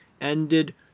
ended